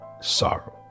sorrow